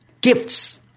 gifts